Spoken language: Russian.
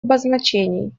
обозначений